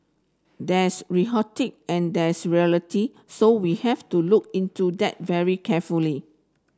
there's rhetoric and there's reality so we have to look into that very carefully